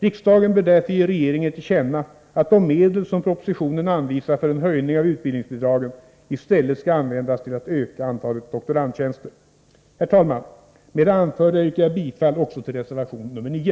Riksdagen bör därför ge regeringen till känna, att de medel som propositionen anvisar för en höjning av utbildningsbidragen i stället skall användas till att öka antalet doktorandtjänster. Herr talman! Med det anförda yrkar jag bifall också till reservation 9.